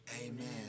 Amen